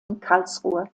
karlsruhe